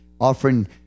Offering